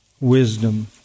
wisdom